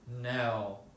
No